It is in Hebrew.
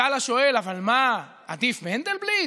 ישאל השואל: אבל מה, עדיף מנדלבליט?